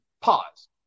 pause